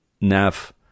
nav